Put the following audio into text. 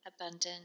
abundant